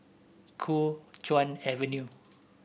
Kuo Chuan Avenue